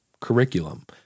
curriculum